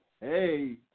hey